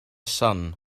sun